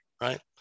right